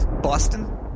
Boston